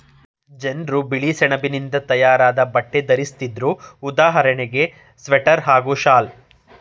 ಜನ್ರು ಬಿಳಿಸೆಣಬಿನಿಂದ ತಯಾರಾದ್ ಬಟ್ಟೆ ಧರಿಸ್ತಿದ್ರು ಉದಾಹರಣೆಗೆ ಸ್ವೆಟರ್ ಹಾಗೂ ಶಾಲ್